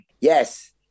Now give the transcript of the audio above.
yes